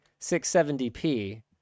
670p